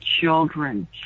Children